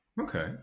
Okay